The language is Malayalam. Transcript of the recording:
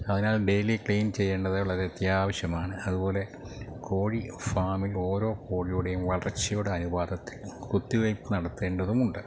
അതിനാൽ ഡെയിലി ക്ലീൻ ചെയ്യേണ്ടതു വളരെ അത്യാവശ്യമാണ് അതുപോലെ കോഴി ഫാമിൽ ഓരോ കോഴിയുടെയും വളർച്ചയുടെ അനുവാദത്തിൽ കുത്തിവെപ്പ് നടത്തേണ്ടതുമുണ്ട്